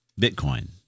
Bitcoin